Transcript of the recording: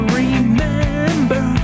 remember